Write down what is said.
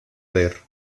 ver